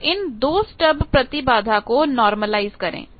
आप इन 2 स्टब प्रतिबाधा को नार्मलायीज़ करें